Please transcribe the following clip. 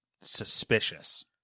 suspicious